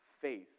faith